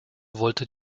wollte